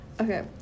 okay